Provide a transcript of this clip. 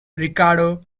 ricardo